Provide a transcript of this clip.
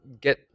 get